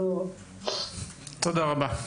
תודה רבה.